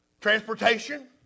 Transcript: Transportation